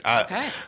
Okay